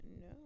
no